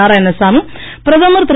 நாராயணசாமி பிரதமர் திரு